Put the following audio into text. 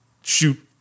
shoot